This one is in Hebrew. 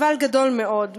אבל גדול מאוד,